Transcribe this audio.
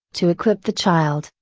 to equip the child,